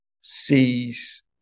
sees